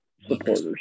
Supporters